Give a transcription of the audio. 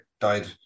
died